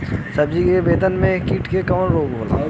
सब्जी के खेतन में कीट से कवन रोग होला?